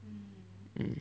mm